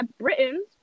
Britain